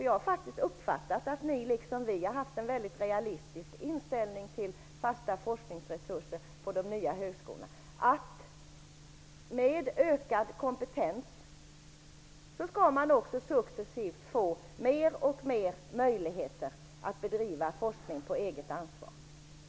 Jag har faktiskt uppfattat att ni liksom vi har haft en realistisk inställning till fasta forskningsresurser på de nya högskolorna. Med ökad kompetens skall högskolorna successivt få mer möjligheter att bedriva forskning med eget ansvar.